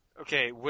Okay